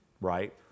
right